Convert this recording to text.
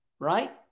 Right